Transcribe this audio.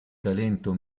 talento